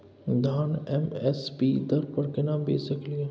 धान M S P दर पर केना बेच सकलियै?